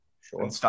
Sure